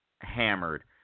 hammered